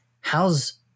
How's